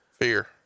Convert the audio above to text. fear